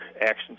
actions